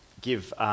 give